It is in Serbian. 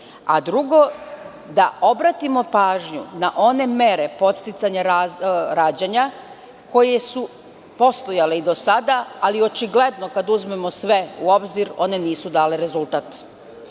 Drugo, da obratimo pažnju na one mere podsticanja rađanja koje su postojale i do sada, ali očigledno kada uzmemo sve u obzir one nisu dale rezultat.